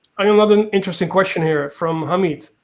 i mean another and interesting question here from hamid.